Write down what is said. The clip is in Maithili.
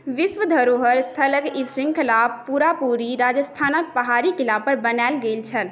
विश्व धरोहर स्थलके ई शृँखला पूरापूरी राजस्थानके पहाड़ी किलापर बनायल गेल छल